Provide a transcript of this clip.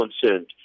concerned